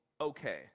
okay